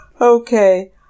Okay